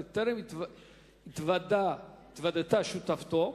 בטרם התוודתה שותפתו?